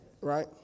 Right